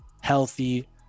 healthy